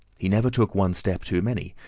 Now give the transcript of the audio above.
he never took one step too many,